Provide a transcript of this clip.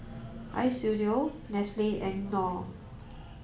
Istudio Nestle and Knorr